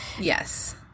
Yes